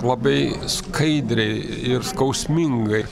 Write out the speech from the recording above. labai skaidriai ir skausmingai